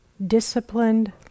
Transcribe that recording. Disciplined